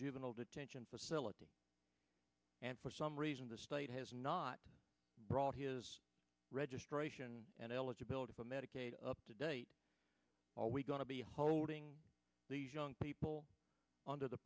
juvenile detention facility and for some reason the state has not brought his registration and eligibility for medicaid up to date while we going to be holding these young people under the